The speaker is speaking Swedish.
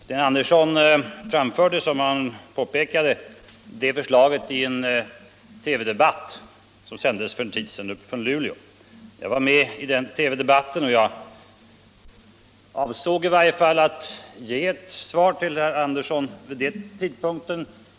Sten Andersson framförde, som han påpekade, det förslaget i en TV debatt, som sändes för en tid sedan från Luleå. Jag var med i den TV debatten och jag gav också ett svar till herr Andersson redan då.